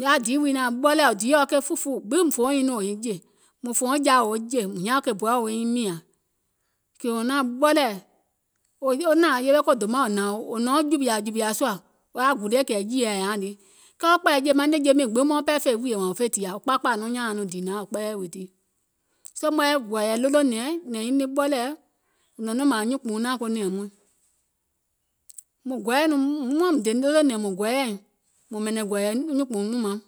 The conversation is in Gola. yaȧ diì wii nȧŋ ɓɔlɛ̀ɛ̀, diìɔ ke fùfu gbiŋ fòouŋ nyiŋ nɔŋ wò nyiŋ jè, mùŋ fòoùŋ ja wò niŋ jè, mùŋ hiȧŋ ke bɔɛ̀ wo nyiŋ mìȧŋ, kèuŋ naȧŋ ɓɔlɛ̀ɛ̀, wo nȧȧŋ yewe ko dòmaŋ hnȧŋ wò nɔ̀ɔŋ jùwìà jùwìȧ sùȧ wò yaȧ gulie kɛ̀ jiyèɛ yȧaùŋ lii, mauŋ ɓɛɛ fè nɛ̀ŋje miiŋ gbiŋ wo miŋ jè mauŋ fè wùìyè wȧȧŋ fè tìȧ wò kpaakpȧȧ nɔŋ nyȧȧŋ dììnaŋ wò kpɛɛyɛ̀ wèètii soo maŋ yɛi gɔ̀ɔ̀yɛ̀ ɗolònɛ̀ɛŋ nyɛ̀ŋ niŋ naŋ ɓɔlɛ̀ɛ̀ wò nɔŋ mȧȧŋ nyuùnkpùuŋ naȧŋ ko nɛ̀ɛ̀ŋ muìŋ, muȧŋ dè ɗolònɛ̀ŋ mùŋ gɔɔyɛ̀iŋ mȧŋ ɓɛ̀nɛ̀ŋ gɔ̀ɔ̀yɛ̀ nyùùnkpùùŋ wùùŋ maum,